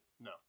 No